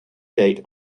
date